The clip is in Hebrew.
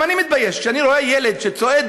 גם אני מתבייש כשאני רואה ילד שצועד